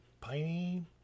piney